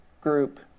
group